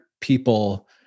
people